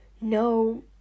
no